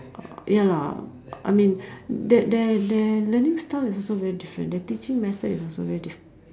uh ya lah I mean their their their learning style is also very different their teaching method is also very diff~